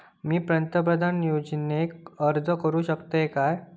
मी पंतप्रधान योजनेक अर्ज करू शकतय काय?